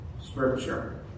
scripture